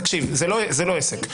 תקשיב, זה לא עסק.